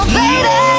baby